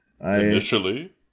Initially